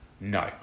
no